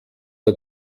der